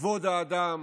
כבוד האדם